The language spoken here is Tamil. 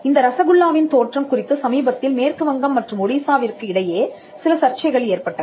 இந்த ரசகுல்லாவின் தோற்றம் குறித்து சமீபத்தில் மேற்கு வங்கம் மற்றும் ஒடிசாவிற்கு இடையே சில சர்ச்சைகள் ஏற்பட்டன